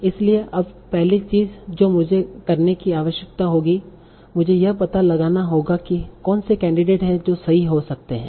इसलिए अब पहली चीज जो मुझे करने की आवश्यकता होगी मुझे यह पता लगाना होगा कि कौन से कैंडिडेट है जो सही हो सकते हैं